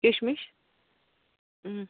کِشمِش